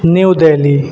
new Delhi